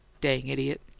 dang idiot